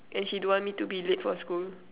and she don't want me to be late for school